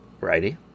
Righty